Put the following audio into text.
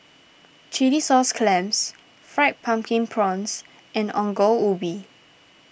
Chilli Sauce Clams Fried Pumpkin Prawns and Ongol Ubi